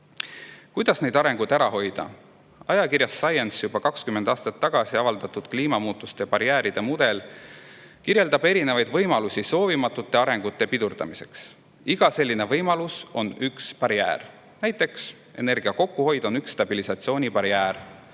Kuidas sellist arengut ära hoida? Ajakirjas Science juba 20 aastat tagasi avaldatud kliimamuutuste barjääride mudel kirjeldab erinevaid võimalusi soovimatu arengu pidurdamiseks. Iga võimalus on üks barjäär. Näiteks energia kokkuhoid on üks stabilisatsioonibarjäär,